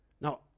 Now